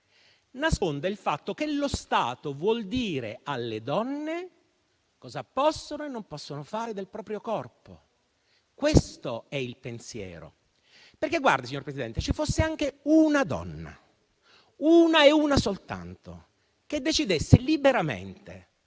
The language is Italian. Nasconde il fatto che lo Stato vuol dire alle donne cosa possono e non possono fare del proprio corpo: questo è il pensiero. Ci fosse anche una donna, una e una soltanto, che decidesse liberamente